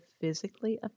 physically